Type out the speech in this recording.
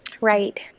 Right